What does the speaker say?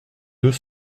deux